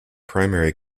primary